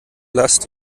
last